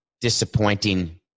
disappointing